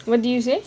what do you say